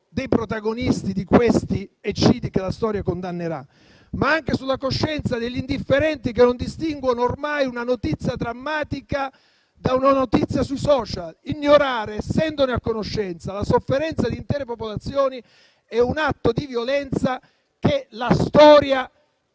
dei protagonisti di quegli eccidi, che la storia condannerà, ma anche degli indifferenti che non distinguono ormai una notizia drammatica da una notizia sui *social*. Ignorare, essendone a conoscenza, la sofferenza di intere popolazioni è un atto di violenza che la storia